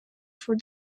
for